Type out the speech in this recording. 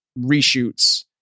reshoots